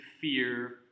Fear